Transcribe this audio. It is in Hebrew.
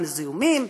גם זיהומים,